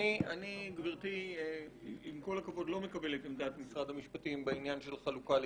אני לא מקבל את עמדת משרד המשפטים בעניין של חלוקה לקטינים.